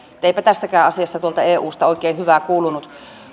eipä tässäkään asiassa tuolta eusta oikein hyvää kuulunut